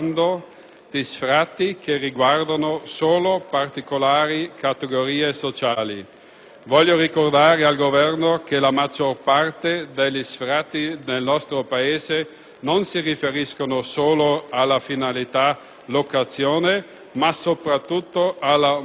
Voglio ricordare al Governo che la maggior parte degli sfratti nel nostro Paese non si riferisce solo alla fine della locazione, ma soprattutto alla morosità, il che testimonia la gravità della situazione economica.